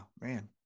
man